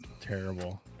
Terrible